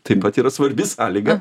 taip pat yra svarbi sąlyga